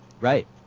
Right